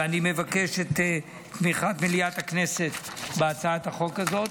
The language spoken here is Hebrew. ואני מבקש את תמיכת מליאת הכנסת בהצעת החוק הזאת.